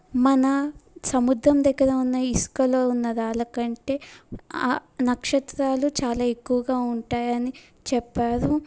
మన సముద్రం దగ్గర ఉన్న ఇసుకలో ఉన్న రాళ్ళకంటే ఆ నక్షత్రాలు చాలా ఎక్కువగా ఉంటాయని చెప్పారు